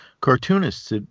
cartoonists